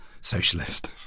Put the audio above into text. socialist